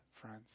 friends